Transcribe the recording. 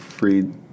freed